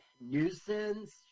nuisance